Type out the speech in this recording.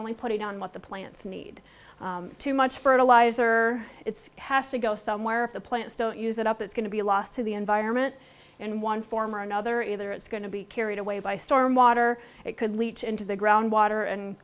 only putting on what the plants need too much fertilizer it's has to go somewhere the plants don't use it up it's going to be lost to the environment in one form or another either it's going to be carried away by storm water it could lead to into the ground water and